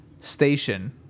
station